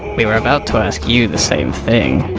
we were about to ask you the same thing.